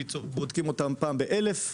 שבודקים אותם פעם באלף מקרים,